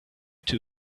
two